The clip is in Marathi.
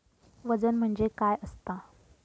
वजन म्हणजे काय असता?